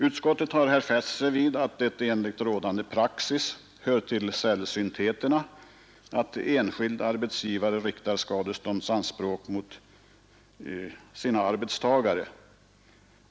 Utskottet har fäst sig vid att enligt rådande praxis hör det till sällsyntheterna att enskild arbetsgivare riktar skadeståndskrav mot sina arbetstagare.